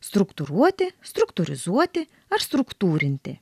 struktūruoti struktūrizuoti ar struktūrinti